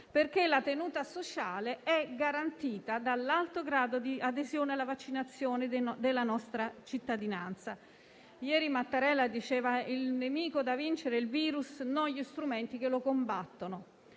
perché la tenuta sociale è garantita dall'alto grado di adesione alla vaccinazione della nostra cittadinanza. Il presidente Mattarella ha affermato ieri che il nemico da vincere è il virus e non gli strumenti che lo combattono.